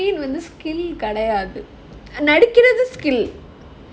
TikTok queen skill கெடயாது நடிக்குறது:kedayathu nadikurathu skill